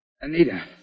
Anita